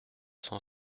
cent